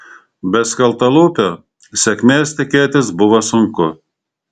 be skeltalūpio sėkmės tikėtis buvo sunku